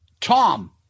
Tom